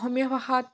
অসমীয়া ভাষাত